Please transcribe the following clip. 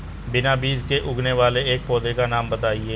बिना बीज के उगने वाले एक पौधे का नाम बताइए